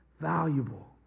valuable